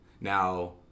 Now